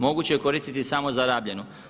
Moguće je koristiti samo za rabljenu.